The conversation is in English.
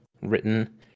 Written